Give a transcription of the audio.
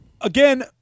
again